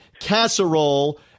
casserole